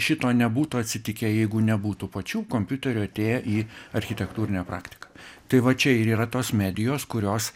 šito nebūtų atsitikę jeigu nebūtų pačių kompiuterių atėję į architektūrinę praktiką tai va čia ir yra tos medijos kurios